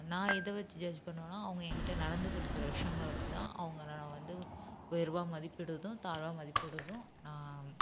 நான் எதைவச்சி ஜட்ஜ் பண்ணுவேன்னா அவங்க எங்கிட்ட நடந்துக்கிற சில விஷயங்களை வச்சி தான் அவங்கள நான் வந்து உயர்வாக மதிப்பிடுவதும் தாழ்வாக மதிப்பிடுவதும் நான்